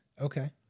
Okay